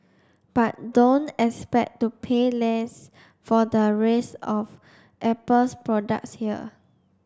but don't expect to pay less for the rest of Apple's products here